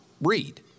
read